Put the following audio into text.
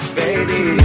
baby